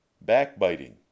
backbiting